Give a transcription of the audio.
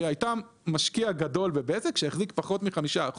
שהייתה משקיע גדול בבזק שהחזיקה פחות מ-5%